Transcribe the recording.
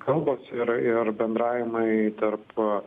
kalbos ir ir bendravimai tarp